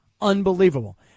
Unbelievable